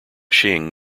shing